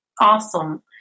Awesome